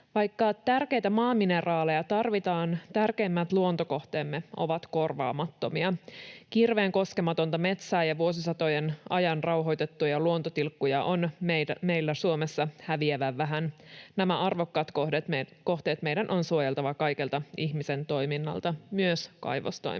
Vaikka tärkeitä maamineraaleja tarvitaan, tärkeimmät luontokohteemme ovat korvaamattomia. Kirveen koskematonta metsää ja vuosisatojen ajan rauhoitettuja luontotilkkuja on meillä Suomessa häviävän vähän. Nämä arvokkaat kohteet meidän on suojeltava kaikelta ihmisen toiminnalta, myös kaivostoiminnalta.